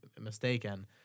mistaken